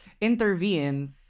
intervenes